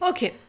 Okay